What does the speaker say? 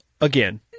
Again